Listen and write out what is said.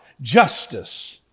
justice